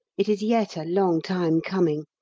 it is yet a long time coming.